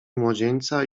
młodzieńca